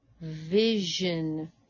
vision